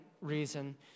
reason